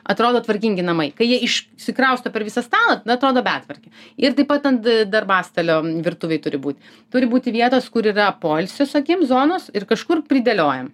atrodo tvarkingi namai kai jie iš sikrausto per visą stalą tada atrodo betvarkė ir taip pat ant darbastalio virtuvėj turi būt turi būti vietos kur yra poilsio sotiem zonos ir kažkur pridėliojam